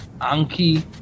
Anki